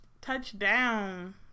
Touchdown